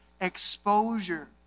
exposure